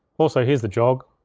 also, here's the jog.